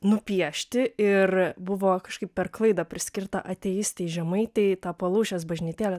nupiešti ir buvo kažkaip per klaidą priskirta ateistei žemaitei ta palūšės bažnytėlė